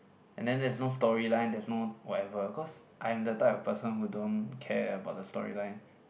and then there's no story line there's no whatever cause I am the type of person who don't care about the story line